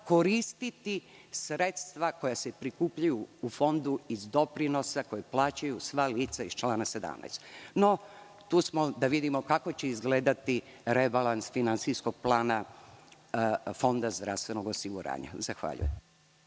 koristiti sredstva koja se prikupljaju u Fondu iz doprinosa koji plaćaju sva lica iz člana 17. No, tu smo da vidimo kako će izgledati rebalans finansijskog plana Fonda zdravstvenog osiguranja. Zahvaljujem.